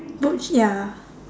butch ya